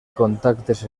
contactes